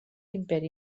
imperi